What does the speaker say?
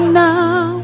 now